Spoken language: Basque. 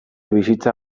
bizitza